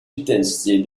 intensity